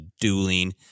dueling